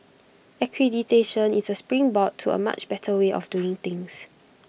accreditation is A springboard to A much better way of doing things